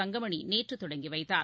தங்கமணி நேற்று தொடங்கி வைத்தார்